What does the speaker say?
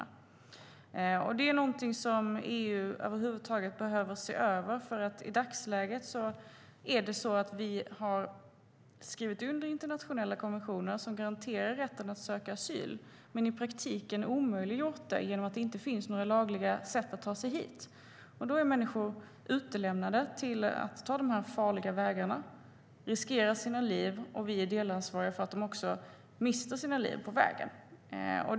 Detta är någonting som EU över huvud taget behöver se över. I dagsläget är det så att vi har skrivit under internationella konventioner som garanterar rätten att söka asyl men i praktiken omöjliggjort det genom att det inte finns några lagliga sätt att ta sig hit. Då är människor utlämnade till att ta dessa farliga vägar och riskera sina liv. Och vi är delansvariga för att de också mister sina liv på vägen.